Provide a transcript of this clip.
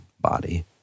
body